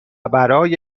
برای